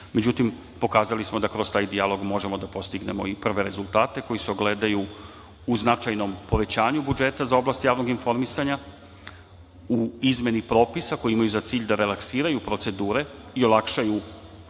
Međutim, pokazali smo da kroz taj dijalog možemo da postignemo i prve rezultate koji se ogledaju u značajnom povećanju budžeta za oblast javnog informisanja, u izmeni propisa koji imaju za cilj da relaksiraju procedure i olakšaju sufinansiranje